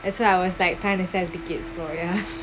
that's why I was like tiny fabricate gloria